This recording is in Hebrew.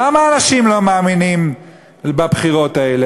למה אנשים לא מאמינים בבחירות האלה?